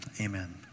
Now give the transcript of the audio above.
amen